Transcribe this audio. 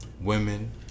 Women